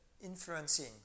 influencing